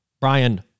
Brian